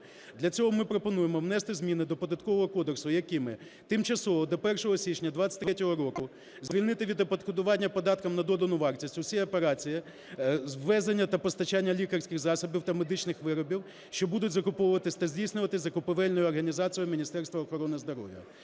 Для цього ми пропонуємо внести зміни до Податкового кодексу, якими тимчасово до 1 січня 23-го року звільнити від оподаткування податком на додану вартість усі операції із ввезення та постачання лікарських засобів та медичних виробів, що будуть закуповуватись та здійснюватись закупівельною організацією Міністерства охорони здоров'я.